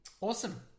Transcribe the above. Awesome